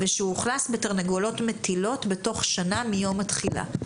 ושאוכלס בתרנגולות מטילות בתוך שנה מיום התחילה".